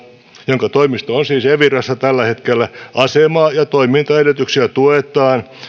jonka toimisto on siis evirassa tällä hetkellä asemaa ja toimintaedellytyksiä tuetaan